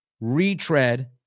retread